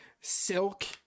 silk